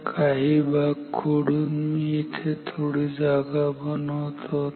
तर काही भाग खोडून मी येथे थोडी जागा बनवतो